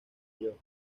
york